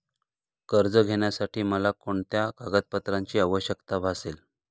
कर्ज घेण्यासाठी मला कोणत्या कागदपत्रांची आवश्यकता भासेल?